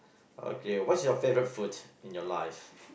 okay what's your favourite food in your life